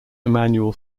emmanuel